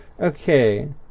Okay